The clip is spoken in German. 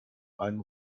einen